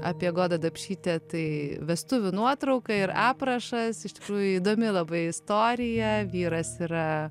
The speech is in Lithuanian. apie godą dapšytę tai vestuvių nuotrauka ir aprašas iš tikrųjų įdomi labai istorija vyras yra